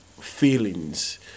feelings